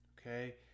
Okay